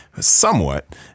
Somewhat